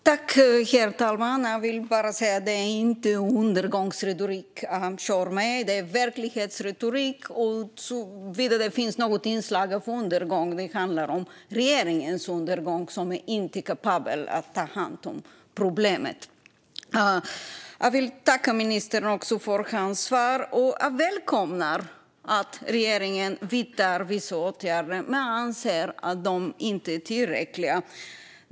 Herr talman! Det är inte undergångsretorik jag kör med utan det är verklighetsretorik såtillvida att det finns ett inslag av undergång i detta, nämligen regeringens undergång. Regeringen är inte kapabel att ta hand om problemet. Jag vill tacka ministern för hans svar. Jag välkomnar att regeringen vidtar vissa åtgärder men anser att de inte är tillräckliga.